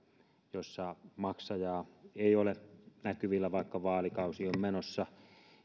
joissa maksajaa ei ole näkyvillä vaikka vaalikausi on menossa